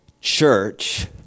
Church